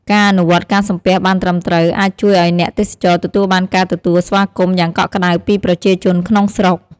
ការអនុវត្តន៍ការសំពះបានត្រឹមត្រូវ អាចជួយឱ្យអ្នកទេសចរទទួលបានការទទួលស្វាគមន៍យ៉ាងកក់ក្ដៅពីប្រជាជនក្នុងស្រុក។